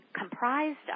comprised